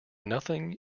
nothing